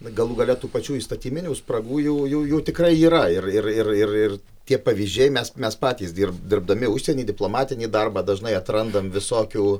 galų gale tų pačių įstatyminių spragų jų jų jų tikrai yra ir ir ir ir ir tie pavyzdžiai mes mes patys dirb dirbdami užsieny diplomatinį darbą dažnai atrandam visokių